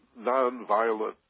nonviolent